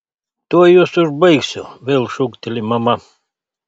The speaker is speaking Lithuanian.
tuoj jus užbaigsiu vėl šūkteli mama